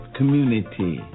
community